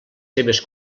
seves